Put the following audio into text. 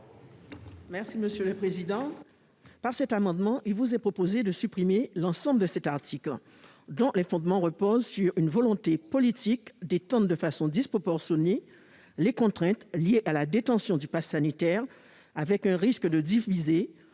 présenter l'amendement n° 168. Cet amendement vise à supprimer l'ensemble de l'article 1, dont les fondements reposent sur une volonté politique d'étendre de façon disproportionnée les contraintes liées à la détention du passe sanitaire, avec un risque de diviser